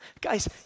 Guys